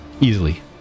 Easily